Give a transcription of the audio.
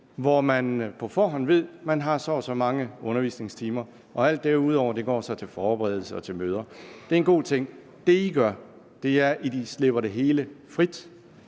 hvor man på forhånd ved, at man har så og så mange undervisningstimer. Alt det derudover går så til forberedelse og til møder. Det er en god ting. Det, man gør, er, at man slipper det hele fri.